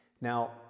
Now